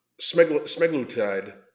smeglutide